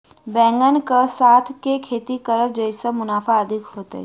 बैंगन कऽ साथ केँ खेती करब जयसँ मुनाफा अधिक हेतइ?